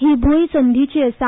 ही भूंय संदीची आसा